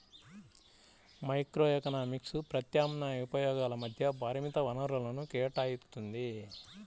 microeconomics ప్రత్యామ్నాయ ఉపయోగాల మధ్య పరిమిత వనరులను కేటాయిత్తుంది